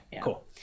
cool